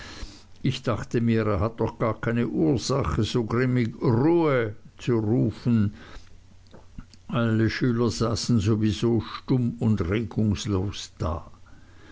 ich dachte mir er hat doch gar keine ursache so grimmig ruhe zu rufen alle schüler saßen sowieso stumm und regungslos da